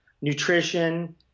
nutrition